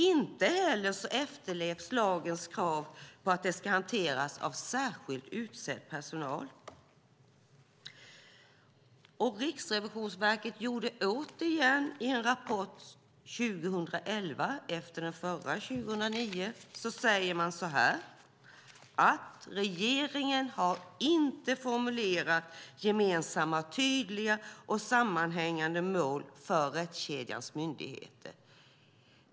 Inte heller efterlevs lagens krav på att dessa frågor ska hanteras av särskilt utsedd personal. Riksrevisionsverket säger återigen i en rapport 2011, efter den förra från 2009, att regeringen inte har formulerat gemensamma, tydliga och sammanhängande mål för rättskedjans myndigheter.